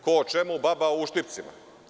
Ko o čemu, baba o uštipcima.